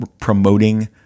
promoting